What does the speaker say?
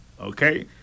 okay